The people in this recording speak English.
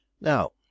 Now